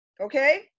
okay